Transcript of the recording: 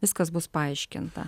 viskas bus paaiškinta